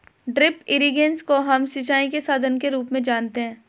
drip irrigation को हम सिंचाई के साधन के रूप में जानते है